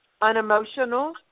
unemotional